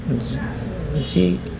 যি